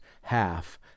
half